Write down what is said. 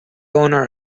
owner